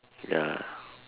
ya